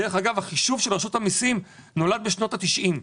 דרך אגב, החישוב של רשות המסים נולד בשנות ה-90,